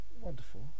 Wonderful